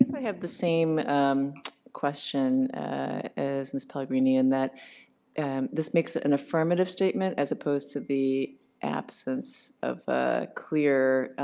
have the same question as ms. pellegrini in that and this makes ah an affirmative statement as opposed to the absence of clear